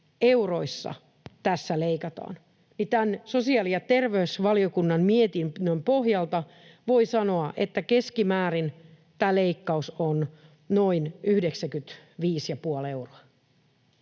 euroissa tässä leikataan, niin tämän sosiaali‑ ja terveysvaliokunnan mietinnön pohjalta voi sanoa, että keskimäärin tämä leikkaus on noin 95 ja